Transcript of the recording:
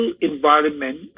environment